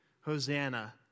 Hosanna